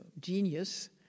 genius